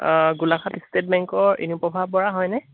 Golaghat state বেংকৰ ইনুপ্ৰভা বৰা হয়নে